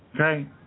Okay